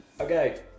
Okay